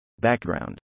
Background